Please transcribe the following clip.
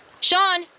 Sean